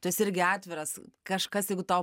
tas irgi atviras kažkas jeigu tau